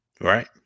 Right